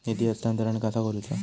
निधी हस्तांतरण कसा करुचा?